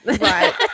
Right